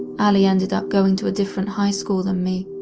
allie ended up going to a different high school than me,